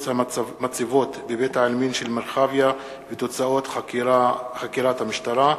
המצבות בבית-העלמין של מרחביה ותוצאות חקירת המשטרה,